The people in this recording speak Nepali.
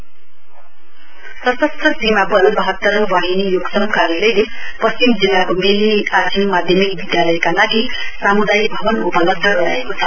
एसएसबी सशस्त्र सीमा बल बहत्तरौं वाहिनी योक्सम कार्यालयले पश्चिम जिल्लाको मल्ली आछिङ माध्यमिक विद्यालयका लागि सामुदायिक भवन उपलब्ध गराएको छ